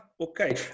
Okay